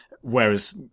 whereas